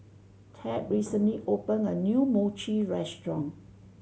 Tad recently opened a new Mochi restaurant